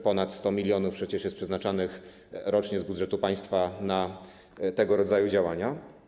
Ponad 100 mln jest przeznaczanych rocznie z budżetu państwa na tego rodzaju działania.